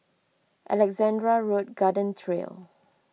Alexandra Road Garden Trail